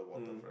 mm